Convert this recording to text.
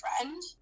friend